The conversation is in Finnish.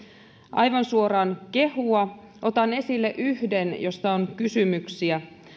aivan suoraan kehua otan esille yhden jossa on kysymyksiä